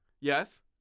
yes